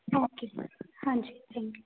okay ਹਾਂਜੀ thank you